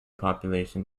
population